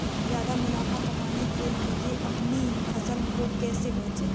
ज्यादा मुनाफा कमाने के लिए अपनी फसल को कैसे बेचें?